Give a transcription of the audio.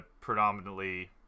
predominantly